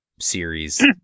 series